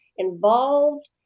involved